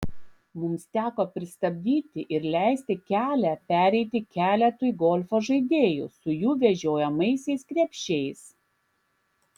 mums teko pristabdyti ir leisti kelią pereiti keletui golfo žaidėjų su jų vežiojamaisiais krepšiais